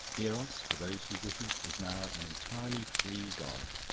eros, for those who wish it, is now an entirely free god